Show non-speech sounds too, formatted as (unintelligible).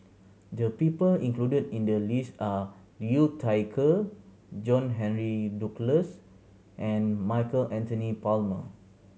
the people included in the list are Liu Thai Ker John Henry Duclos and Michael Anthony (unintelligible)